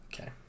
Okay